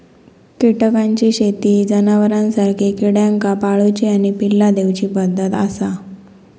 कीटकांची शेती ही जनावरांसारखी किड्यांका पाळूची आणि पिल्ला दिवची पद्धत आसा